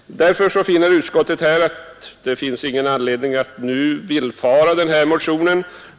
Därför har utskottet funnit att det inte finns någon anledning att biträda motionen.